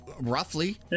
Roughly